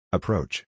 Approach